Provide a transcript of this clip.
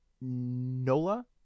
Nola